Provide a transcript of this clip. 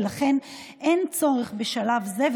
ולכן אין צורך בשלב זה,